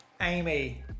Amy